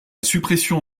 suppression